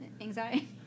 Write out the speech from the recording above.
anxiety